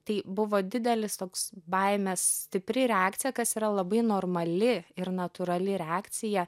tai buvo didelis toks baimės stipri reakcija kas yra labai normali ir natūrali reakcija